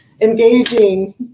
engaging